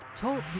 talk